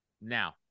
now